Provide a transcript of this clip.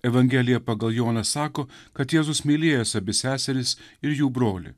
evangelija pagal joną sako kad jėzus mylėjęs abi seseris ir jų brolį